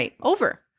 over